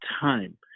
time